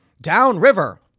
downriver